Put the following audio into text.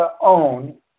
own